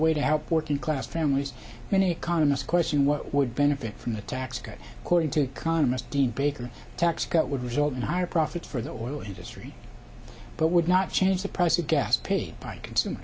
way to help working class families when economists question what would benefit from the tax cut cording to congress dean baker tax cut would result in higher profits for the oil industry but would not change the price of gas paid by consume